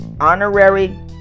Honorary